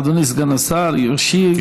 אדוני סגן השר ישיב.